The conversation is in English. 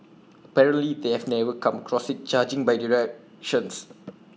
apparently they have never come across IT judging by